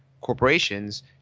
corporations